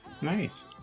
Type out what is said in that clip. Nice